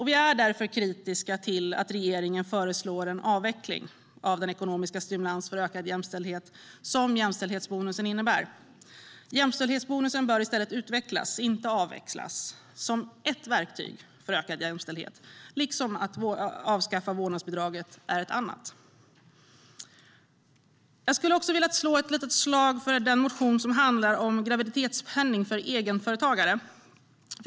Vi är därför kritiska till att regeringen föreslår en avveckling av den ekonomiska stimulans för ökad jämställdhet som jämställdhetsbonusen innebär. Jämställdhetsbonusen bör utvecklas - inte avvecklas - som ett verktyg för ökad jämställdhet, där ett avskaffande av vårdnadsbidraget är ett annat. Jag skulle också vilja slå ett slag för den motion som handlar om graviditetspenning för egenföretagare.